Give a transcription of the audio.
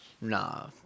Nah